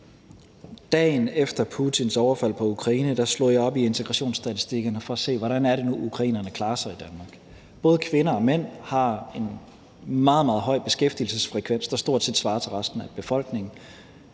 Dagen efter Putins overfald på Ukraine slog jeg op i integrationsstatistikkerne for at se, hvordan det nu er, ukrainerne klarer sig i Danmark. Både kvinder og mænd har en meget, meget høj beskæftigelsesfrekvens, der stort set svarer til resten af befolkningens.